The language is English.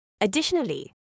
Additionally